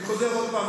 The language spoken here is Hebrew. אני חוזר עוד פעם,